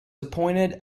appointed